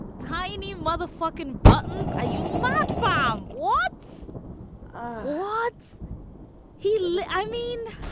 tiny motherfucking buttons. are you mad? five. um what's ah what's he like? i mean,